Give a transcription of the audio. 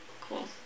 Cool